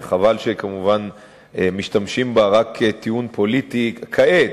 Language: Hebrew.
וחבל שכמובן משתמשים בה רק כטיעון פוליטי כעת.